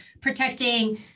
protecting